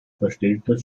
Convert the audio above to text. verstellter